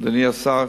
אדוני השר?